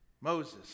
Moses